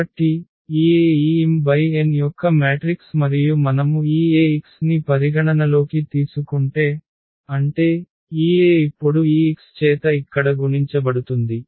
కాబట్టి ఈ A ఈ m×n యొక్క మ్యాట్రిక్స్ మరియు మనము ఈ Ax ని పరిగణనలోకి తీసుకుంటే అంటే ఈ A ఇప్పుడు ఈ x చేత ఇక్కడ గుణించబడుతుంది